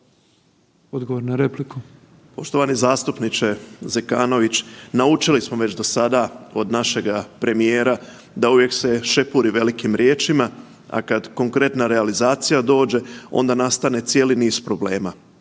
(Nezavisni)** Poštovani zastupniče Zekanović, naučili smo već do sada od našega premijera da uvijek se šepuri velikim riječima, a kad konkretna realizacija dođe onda nastane cijeli niz problema.